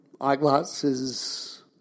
eyeglasses